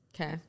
Okay